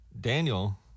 Daniel